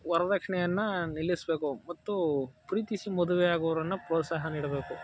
ವರ್ದಕ್ಷಿಣೆಯನ್ನು ನಿಲ್ಲಿಸಬೇಕು ಮತ್ತು ಪ್ರೀತಿಸಿ ಮದುವೆ ಆಗುವವರನ್ನು ಪ್ರೋತ್ಸಾಹ ನೀಡಬೇಕು